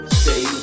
stay